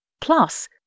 Plus